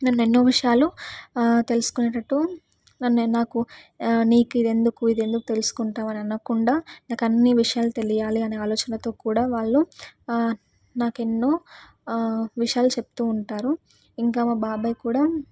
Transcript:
నన్ను ఎన్నో విషయాలు తెలుసుకునేటట్టు నన్ను నాకు నీకిది ఎందుకు ఇదెందుకు తెలుసుకుంటావు అని అనకుండా నాకు అన్ని విషయాలు తెలియాలి అని ఆలోచనతో కూడా వాళ్ళు నాకు ఎన్నో విషయాలు చెప్తూ ఉంటారు ఇంకా మా బాబాయి కూడా